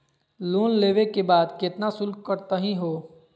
Loan लेवे के बाद केतना शुल्क कटतही हो?